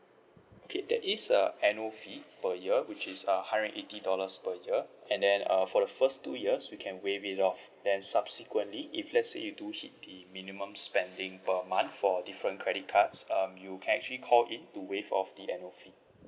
okay there is a annual fee per year which is uh hundred and eighty dollars per year and then uh for the first two years we can waive it off then subsequently if let's say you do hit the minimum spending per month for different credit cards um you can actually call in to waive off the annual fee